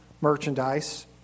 merchandise